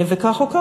כך או כך,